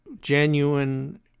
genuine